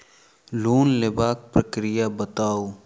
Loan लेबाक प्रक्रिया बताऊ?